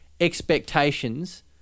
expectations